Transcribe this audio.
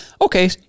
Okay